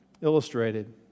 illustrated